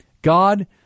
God